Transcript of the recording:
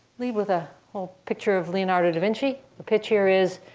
lead with a little picture of leonardo da vinci. the pitch here is,